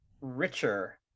richer